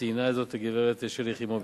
וציינה זאת הגברת שלי יחימוביץ.